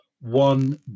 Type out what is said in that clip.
one